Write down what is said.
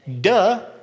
Duh